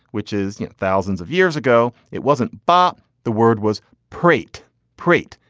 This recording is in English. which is thousands of years ago it wasn't bop. the word was prate prate.